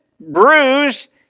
bruised